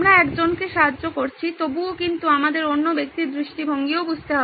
আমরা একজনকে সাহায্য করছি তবুও কিন্তু আমাদের অন্য ব্যক্তির দৃষ্টিভঙ্গি বুঝতে হবে